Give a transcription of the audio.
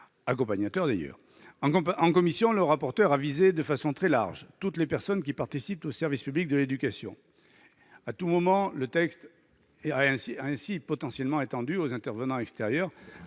qu'accompagnateurs. En commission, le rapporteur a visé, de façon très large, toutes les personnes qui participent au service public de l'éducation et à tout moment ; le texte est ainsi potentiellement étendu aux intervenants extérieurs.